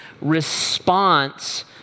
response